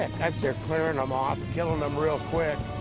they're clearing them off, killing them real quick.